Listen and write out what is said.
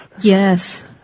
Yes